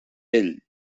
ell